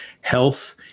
health